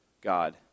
God